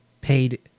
paid